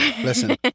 Listen